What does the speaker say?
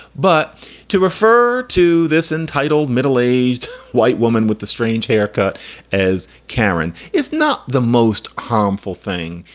but to refer to this entitled middle aged white woman with the strange haircut as karen is not the most harmful thing.